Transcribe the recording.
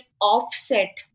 offset